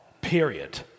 period